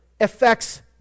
affects